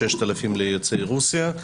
כ-6,000 ליוצאי רוסיה.